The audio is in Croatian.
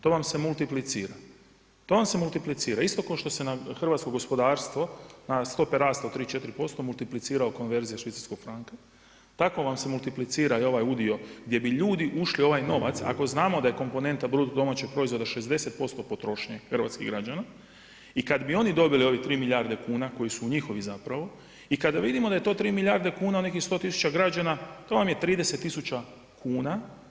To vam se multiplicira, to vam se multiplicira isto kao što se na hrvatsko gosodarstvo stope rasta od 3, 4% multiplicira konverzija švicarskog franka, tako vam se multiplicira i ovaj udio gdje bi ljudi ušli u ovaj novac, ako znamo da je komponenta bruto domaćeg proizvoda 60% potrošnje hrvatskih građana i kad bi oni dobili ovih 3 milijarde kuna koje su njihove zapravo i kada vidimo da je to 3 milijarde kuna nekih 100 tisuća građana, to vam je 30 tisuća kuna.